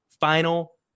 Final